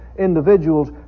individuals